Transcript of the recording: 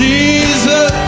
Jesus